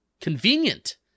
convenient